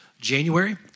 January